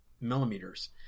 millimeters